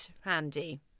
handy